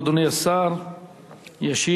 אדוני השר ישיב.